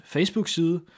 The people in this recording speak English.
Facebook-side